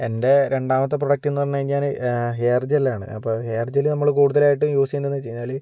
എൻ്റെ രണ്ടാമത്തെ പ്രൊഡക്ടെന്ന് പറഞ്ഞ് കഴിഞ്ഞാല് ഹെയർ ജെല്ലാണ് അപ്പോൾ ഹെയർ ജെല്ല് നമ്മള് കൂടുതലായിട്ട് യൂസെയ്യുന്നതെന്ന് വെച്ച് കഴിഞ്ഞാല്